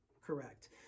correct